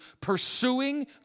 pursuing